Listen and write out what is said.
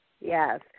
yes